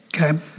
Okay